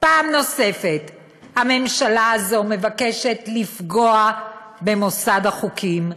פעם נוספת הממשלה הזאת מבקשת לפגוע במוסד החוקים,